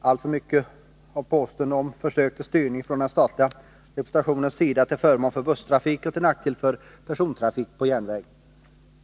alltför mycket av påståenden om försök till styrning från de statliga representanternas sida till förmån för busstrafik och till nackdel för persontrafik på järnväg.